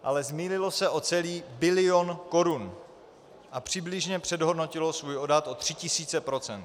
Ale zmýlilo se o celý bilion korun a přibližně přehodnotilo svůj odhad o tři tisíce procent.